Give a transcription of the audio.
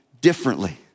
differently